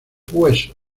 huesos